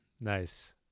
Nice